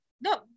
No